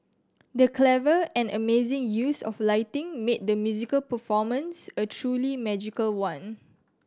the clever and amazing use of lighting made the musical performance a truly magical one